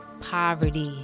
Poverty